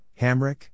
Hamrick